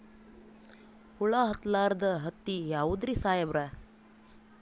ಹುಳ ಹತ್ತಲಾರ್ದ ಹತ್ತಿ ಯಾವುದ್ರಿ ಸಾಹೇಬರ?